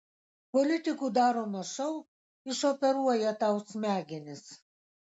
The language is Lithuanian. politikų daromas šou išoperuoja tau smegenis